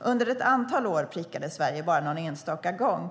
Under ett antal år prickades Sverige bara någon enstaka gång.